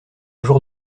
jour